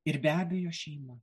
ir be abejo šeima